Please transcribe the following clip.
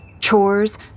chores